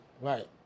Right